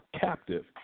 captive